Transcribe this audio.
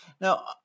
Now